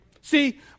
See